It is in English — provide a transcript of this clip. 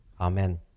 Amen